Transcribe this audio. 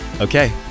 Okay